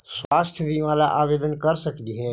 स्वास्थ्य बीमा ला आवेदन कर सकली हे?